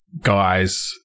guys